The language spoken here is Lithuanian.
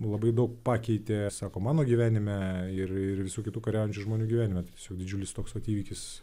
labai daug pakeitė sako mano gyvenime ir ir visų kitų kariaujančių žmonių gyvenime tiesiog didžiulis toks vat įvykis